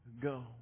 go